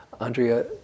Andrea